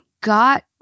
got